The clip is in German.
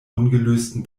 ungelösten